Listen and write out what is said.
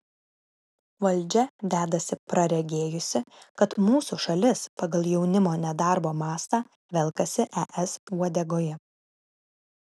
valdžia dedasi praregėjusi kad mūsų šalis pagal jaunimo nedarbo mastą velkasi es uodegoje